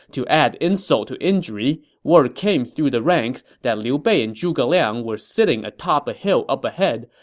to add insult to injury, word came through the ranks that liu bei and zhuge liang were sitting atop a hill up ahead,